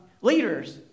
leaders